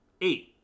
eight